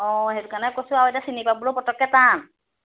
অঁ সেইটো কাৰণে কৈছোঁ আৰু এয়া চিনি পাবলৈও পটককে টান